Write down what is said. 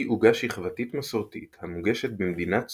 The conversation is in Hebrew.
עוגה שכבתית מסורתית המוגשת במדינת סראוואק,